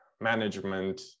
management